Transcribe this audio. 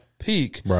peak